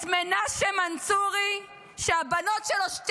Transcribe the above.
את מנשה מנצורי, שהבנות שלו, שתיהן,